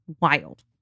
wild